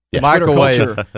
microwave